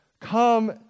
come